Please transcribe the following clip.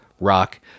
rock